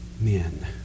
men